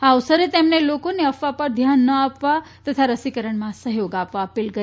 આ અવસરે તેમણે લોકોને અફવા પર ધ્યાન ન આપવા તથા રસીકરણમાં સહયોગ આપવા અપીલ કરી